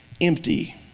empty